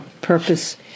purpose